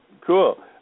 Cool